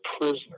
prisoner